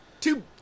Two